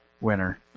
winner